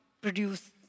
produce